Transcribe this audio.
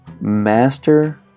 master